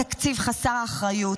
התקציב חסר האחריות,